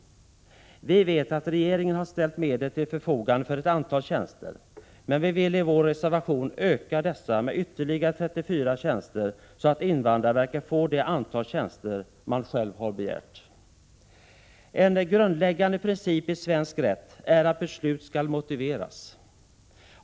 Vi vet att regeringen har ställt medel till förfogande för ett antal tjänster, men vi vill i vår reservation öka dessa med ytterligare 34 tjänster så att invandrarverket får det antal tjänster det självt har begärt. En grundläggande princip i svensk rätt är att beslut skall motiveras.